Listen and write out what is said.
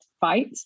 fight